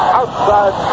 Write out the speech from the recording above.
outside